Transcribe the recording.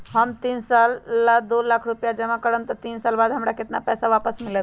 हम तीन साल ला दो लाख रूपैया जमा करम त तीन साल बाद हमरा केतना पैसा वापस मिलत?